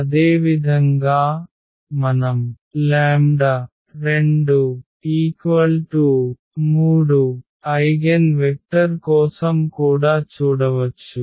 అదేవిధంగా మనం 2 3 ఐగెన్వెక్టర్ కోసం కూడా చూడవచ్చు